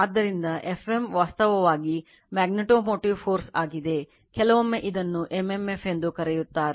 ಆದ್ದರಿಂದ Fm ವಾಸ್ತವವಾಗಿ magnetomotive force ಆಗಿದೆ ಕೆಲವೊಮ್ಮೆ ಇದನ್ನು m m f ಎಂದು ಕರೆಯುತ್ತಾರೆ